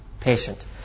patient